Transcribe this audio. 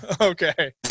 Okay